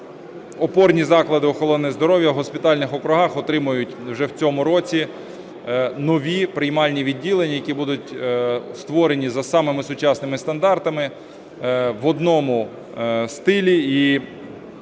Опорні заклади охорони здоров'я в госпітальних округах отримають вже в цьому році нові приймальні відділення, які будуть створені за самими сучасними стандартами, в одному стилі. І в усіх